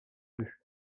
vue